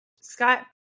Scott